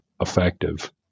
effective